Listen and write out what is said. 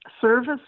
service